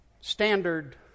standard